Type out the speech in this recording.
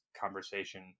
conversation